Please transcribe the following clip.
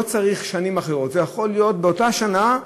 לא צריך שנים אחרות, זה יכול להיות באותה שנה,